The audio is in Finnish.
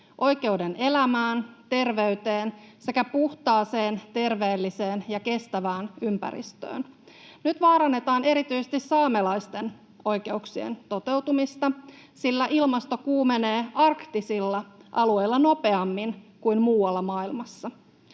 oikeuden elämään, terveyteen sekä puhtaaseen, terveelliseen ja kestävään ympäristöön. Nyt vaarannetaan erityisesti saamelaisten oikeuksien toteutumista, sillä ilmasto kuumenee arktisilla alueilla nopeammin kuin muualla maailmassa.